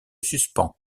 suspend